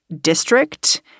district